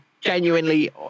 genuinely